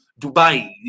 Dubai